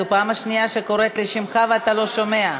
זאת הפעם השנייה שאני קוראת בשמך ואתה לא שומע.